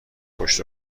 پشت